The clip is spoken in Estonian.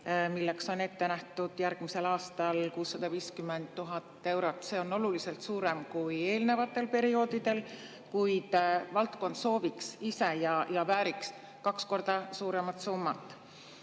milleks on ette nähtud järgmisel aastal 650 000 eurot. See on oluliselt suurem summa kui eelnenud perioodidel, kuid valdkond soovib ise ja vääriks kaks korda suuremat summat.